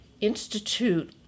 institute